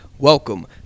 Welcome